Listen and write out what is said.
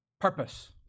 Purpose